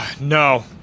No